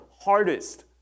hardest